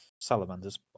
Salamanders